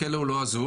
בכלא הוא לא אזוק,